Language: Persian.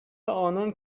آنان